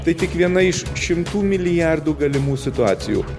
tai tik viena iš šimtų milijardų galimų situacijų